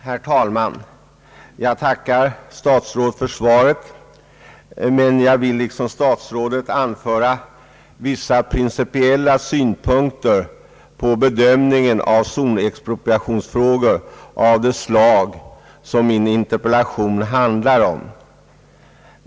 Herr talman! Jag tackar statsrådet Lundkvist för svaret, men jag vill liksom statsrådet anföra vissa principiella synpunkter på bedömningen av zonexpropriationsfrågor av det slag som jag tagit upp i min interpellation.